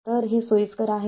तर हे सोयीस्कर आहे